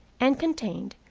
and contained,